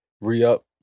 re-up